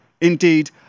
indeed